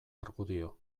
argudio